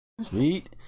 Sweet